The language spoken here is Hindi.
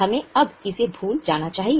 हमें अब इसे भूल जाओ